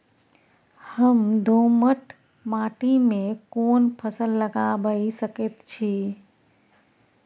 हम दोमट माटी में कोन फसल लगाबै सकेत छी?